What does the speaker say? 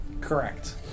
Correct